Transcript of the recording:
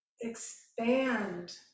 expand